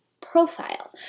profile